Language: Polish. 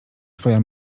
twoja